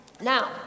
Now